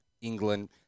England